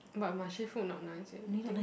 but Marche food not nice eh think